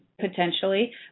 potentially